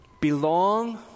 belong